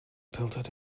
tilted